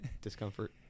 discomfort